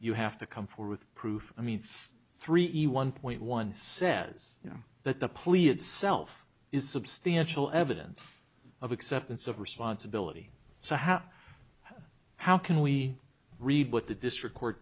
you have to come for with proof i mean three a one point one cents you know but the plea itself is substantial evidence of acceptance of responsibility so how how can we read what the district court